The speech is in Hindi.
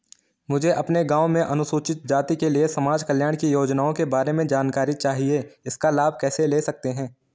मुझे अपने गाँव में अनुसूचित जाति के लिए समाज कल्याण की योजनाओं के बारे में जानकारी चाहिए इसका लाभ कैसे ले सकते हैं?